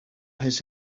his